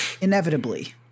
inevitably